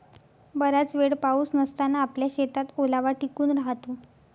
बराच वेळ पाऊस नसताना आपल्या शेतात ओलावा टिकून राहतो